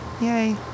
Yay